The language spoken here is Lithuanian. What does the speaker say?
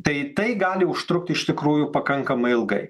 tai tai gali užtrukti iš tikrųjų pakankamai ilgai